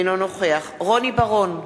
אינו נוכח רוני בר-און,